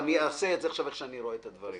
אעשה את זה עכשיו איך שאני רואה את הדברים.